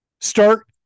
Start